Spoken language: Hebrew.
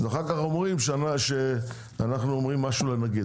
ואחר כך אומרים שאנחנו אומרים משהו לנגיד.